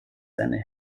seine